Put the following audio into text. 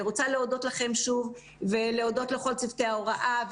אני רוצה להודות לכם שוב ולהודות לכל צוותי ההוראה,